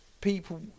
People